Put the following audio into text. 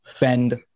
Bend